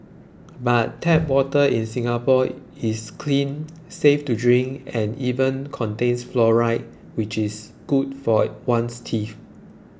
but tap water in Singapore is clean safe to drink and even contains fluoride which is good for one's teeth